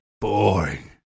boring